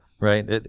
Right